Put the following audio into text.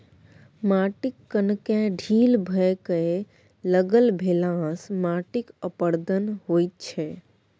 माटिक कणकेँ ढील भए कए अलग भेलासँ माटिक अपरदन होइत छै